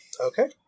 Okay